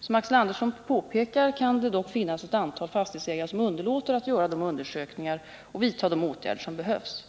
Som Axel Andersson påpekar kan det dock finnas ett antal fastighetsägare som underlåter att göra de undersökningar och vidta de åtgärder som behövs.